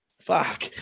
fuck